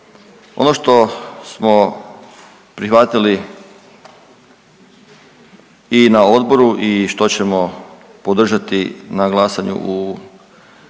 Ono što smo prihvatili i na odboru i što ćemo podržati na glasanju u,